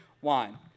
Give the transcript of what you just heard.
wine